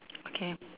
okay